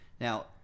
Now